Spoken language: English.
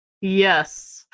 Yes